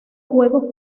juegos